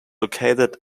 located